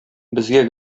безгә